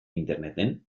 interneten